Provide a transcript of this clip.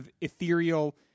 ethereal